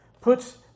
puts